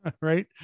Right